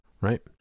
Right